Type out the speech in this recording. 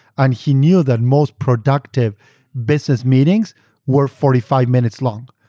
and he knew that most productive business meetings were forty five minutes long.